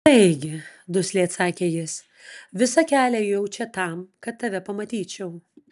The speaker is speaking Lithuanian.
taigi dusliai atsakė jis visą kelią ėjau čia tam kad tave pamatyčiau